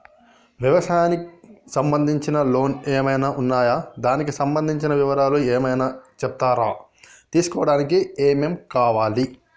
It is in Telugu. వ్యవసాయం సంబంధించిన లోన్స్ ఏమేమి ఉన్నాయి దానికి సంబంధించిన వివరాలు ఏమైనా చెప్తారా తీసుకోవడానికి ఏమేం కావాలి?